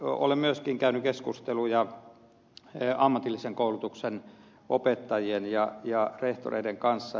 olen myöskin käynyt keskusteluja ammatillisen koulutuksen opettajien ja rehtoreiden kanssa